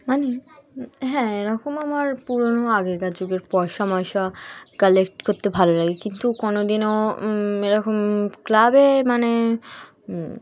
মানে হ্যাঁ এরকম আমার পুরোনো আগেকার যুগের পয়সা ময়সা কালেক্ট করতে ভালো লাগে কিন্তু কোনো দিনও এরকম ক্লাবে মানে